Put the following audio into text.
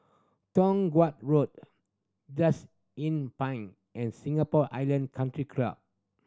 Toh Guan Road Just Inn Pine and Singapore Island Country Club